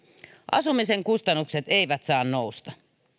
asumisen kustannukset eivät saa nousta